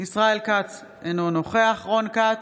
ישראל כץ, אינו נוכח רון כץ,